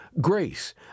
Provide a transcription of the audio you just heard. Grace